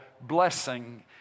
blessing